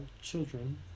children